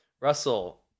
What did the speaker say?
Russell